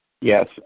Yes